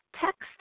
Text